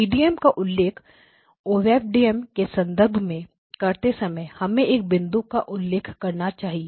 TDM TDM का उल्लेख SDM OFDM के संदर्भ में करते समय हमें एक बिंदु का उल्लेख करना चाहिए